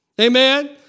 Amen